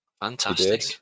Fantastic